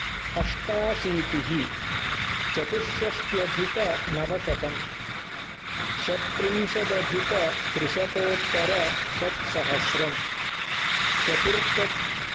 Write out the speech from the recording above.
अष्टाशीतिः चतुष्ष्ट्यधिकनवशतम् षड्त्रिंशदधिकत्रिशतोत्तरषट्सहस्रम् चतुर्थ